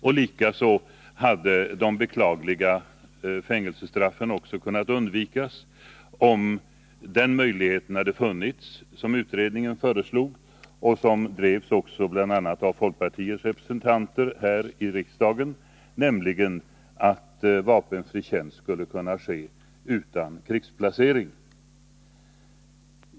Likaså hade de beklagliga fängelsestraffen kunnat undvikas om möjligheten hade funnits — som utredningen föreslog och som bl.a. folkpartiets representanter här i riksdagen uttalade sig för — att göra vapenfri tjänst utan krigsplacering.